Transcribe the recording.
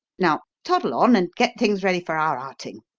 now toddle on and get things ready for our outing.